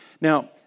Now